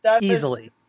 Easily